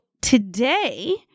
today